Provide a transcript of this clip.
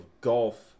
golf